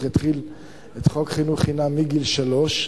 יתחיל להחיל חוק חינוך חינם מגיל שלוש.